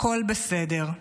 הכול בסדר.